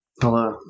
Hello